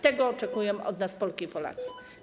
Tego oczekują od nas Polki i Polacy.